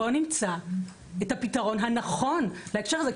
בואו נמצא את הפתרון הנכון בהקשר הזה.